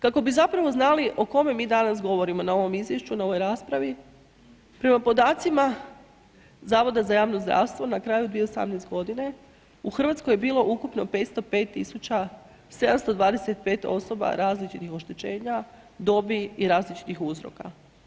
Kako bi zapravo znali o kome mi danas govorimo na izvješću, na ovoj raspravi, prema podacima Zavoda za javno zdravstvo na kraju 2018. g., u Hrvatskoj je bilo ukupno 505 725 osoba različitih oštećenja, dobi i različitih uzroka.